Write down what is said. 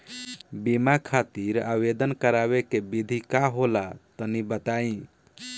बीमा खातिर आवेदन करावे के विधि का होला तनि बताईं?